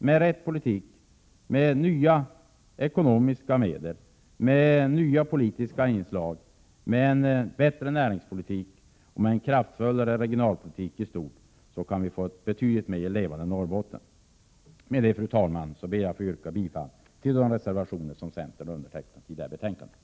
Med rätt politik, med nya ekonomiska medel, med nya politiska inslag, med en bättre näringspolitik och med en kraftfullare regionalpolitik i stort kan vi få ett betydligt mer levande Norrbotten. Med det, fru talman, ber jag att få yrka bifall till de reservationer som centern har undertecknat i det här betänkandet.